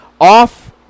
off